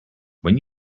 when